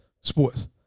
sports